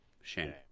Shame